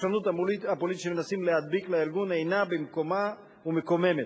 הפרשנות הפוליטית שמנסים להדביק לארגון אינה במקומה ומקוממת.